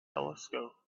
telescope